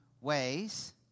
ways